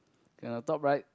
ya on top right